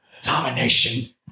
Domination